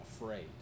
afraid